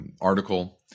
article